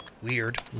weird